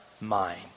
mind